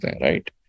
Right